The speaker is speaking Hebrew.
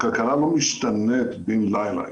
הכלכלה לא משתנית בין לילה.